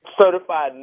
certified